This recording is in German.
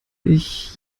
ich